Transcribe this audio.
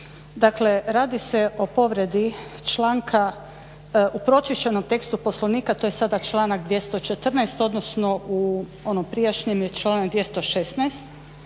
dakle radi se o povredi članka u pročišćenom tekstu Poslovnika to je sada članak 214. odnosno u onom prijašnjem je članak 216.